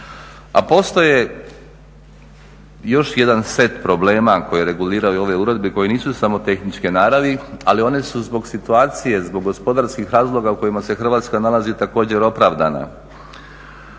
a postoji još jedan set problema koji reguliraju ove uredbe i koji nisu samo tehničke naravi, ali one su zbog situacije, zbog gospodarskih razloga u kojima se Hrvatska nalazi također opravdana.